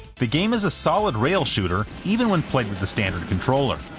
the game is a solid rail shooter even when played with the standard controller,